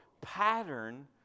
pattern